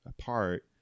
apart